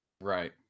Right